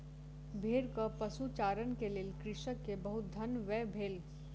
भेड़क पशुचारण के लेल कृषक के बहुत धन व्यय भेल